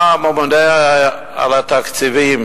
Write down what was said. בא הממונה על התקציבים